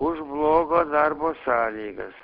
už blogo darbo sąlygas